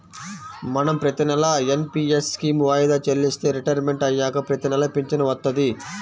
మనం ప్రతినెలా NPS scheme వాయిదా చెల్లిస్తే రిటైర్మంట్ అయ్యాక ప్రతినెలా పింఛను వత్తది